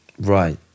right